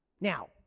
Now